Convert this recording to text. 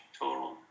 total